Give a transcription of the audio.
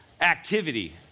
activity